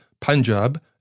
Punjab